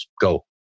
go